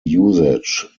usage